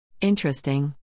Interesting